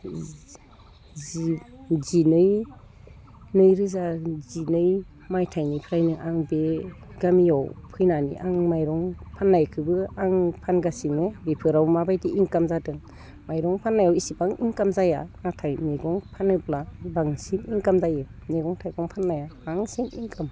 जिनै नैरोजा जिनै मायथाइनिफ्रायनो आं बे गामियाव फैनानै आं माइरं फाननायखोबो आं फानगासिनो बेफोराव माबायदि इन्काम जादों माइरं फाननायाव इसिबां इन्काम जाया नाथाय मैगं फानोब्ला बांसिन इन्काम जायो मैगं थाइगं फाननाया बांसिन इन्काम